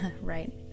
right